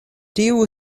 tiu